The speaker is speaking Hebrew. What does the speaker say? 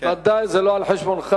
ודאי שזה לא על חשבונך.